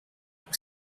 vous